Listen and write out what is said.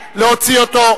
לוחמי הל"ה היו טרוריסטים.